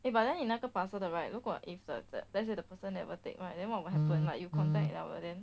eh but then 你那个 parcel 的 right 如果 if th~ th~ let's say the person never take right then what will happen like if contact 了了 then